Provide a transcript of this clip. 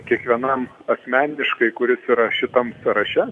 kiekvienam asmeniškai kuris yra šitam sąraše